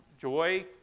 joy